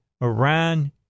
Iran